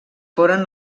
foren